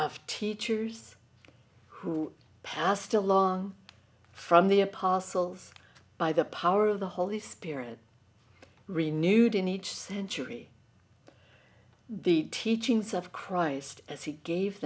truth who passed along from the apostles by the power of the holy spirit renewed in each century the teachings of christ as he gave